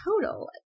total